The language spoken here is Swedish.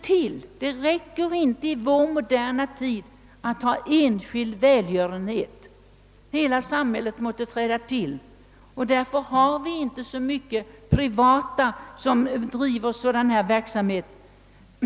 Men det räcker inte i vår moderna tid att ha enskild välgörenhet. Hela samhället måste träda till, och därför har vi inte så många privata föreningar som driver skyddsverksamhet.